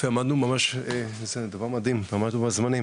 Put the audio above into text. עמדנו בזמנים.